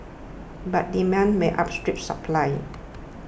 but demand might outstrip supply